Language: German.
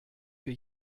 für